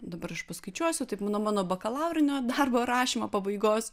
dabar aš paskaičiuosiu taip nuo mano bakalaurinio darbo rašymo pabaigos